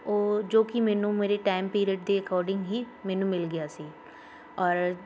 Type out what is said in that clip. ਉਹ ਜੋ ਕੀ ਮੈਨੂੰ ਮੇਰੇ ਟਾਈਮ ਪੀਰੀਅਡ ਦੇ ਅਕੋਡਿੰਗ ਹੀ ਮੈਨੂੰ ਮਿਲ ਗਿਆ ਸੀ ਔਰ